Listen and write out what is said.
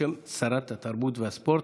בשם שרת התרבות והספורט.